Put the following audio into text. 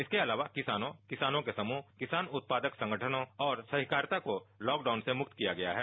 इसके अलावा किसानों किसानों के समूह किसान उत्पादक संगठनों और सहकारिता को लॉकडाउन से मुक्त किया गया है